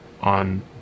on